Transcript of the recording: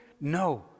No